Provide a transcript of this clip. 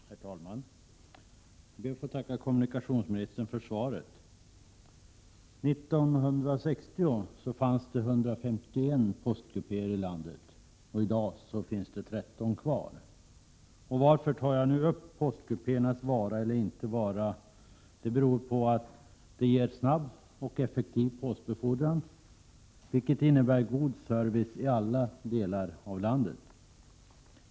Herr talman! Jag ber att få tacka kommunikationsministern för svaret. 1960 fanns det 151 postkupéer i landet; i dag finns 13 kvar. Att jag tar upp postkupéernas vara eller inte vara beror på att de ger snabb och effektiv postbefordran, vilket innebär god service i alla delar av landet.